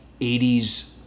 80s